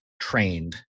trained